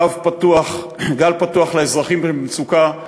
גל פתוח לאזרחים במצוקה,